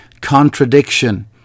contradiction